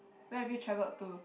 where have you traveled to